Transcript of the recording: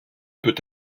peut